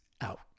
out